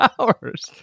hours